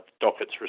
dockets